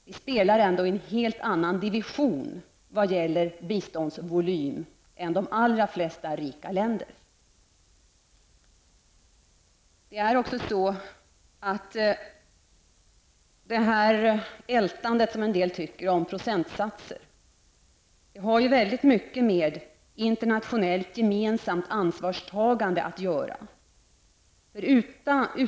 Vi spelar i en helt annan division i vad gäller biståndsvolym än de allra flesta rika länder. Det här ältandet, som en del kallar det, om procentsatser har mycket med internationellt gemensamt ansvarstagande att göra.